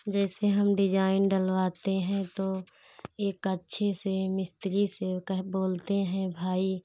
जैसे हम डिज़ाइन डलवाते हैं तो एक अच्छे से मिस्त्री से कह बोलते हैं भाई